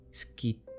skit